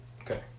Okay